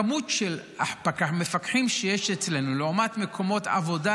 הכמות של המפקחים שיש אצלנו לעומת מקומות עבודה